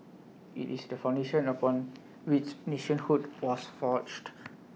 IT is the foundation upon which nationhood was forged